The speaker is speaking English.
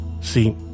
See